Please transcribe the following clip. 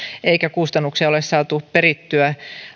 joiden kustannuksia ole saatu perittyä